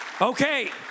Okay